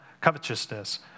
covetousness